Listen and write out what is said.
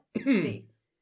space